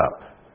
up